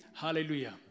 Hallelujah